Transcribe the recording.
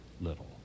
little